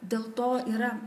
dėl to yra